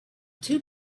two